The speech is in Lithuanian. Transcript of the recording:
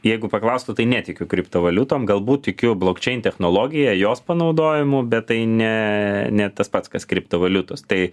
jeigu paklaustų tai netikiu kriptovaliutom galbūt tikiu blokčein technologija jos panaudojimu bet tai ne ne tas pats kas kriptovaliutos tai